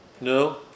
No